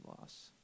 loss